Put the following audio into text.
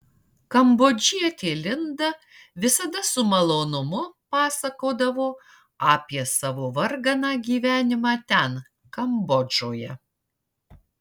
kambodžietė linda visada su malonumu pasakodavo apie savo varganą gyvenimą ten kambodžoje